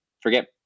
forget